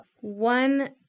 one